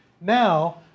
now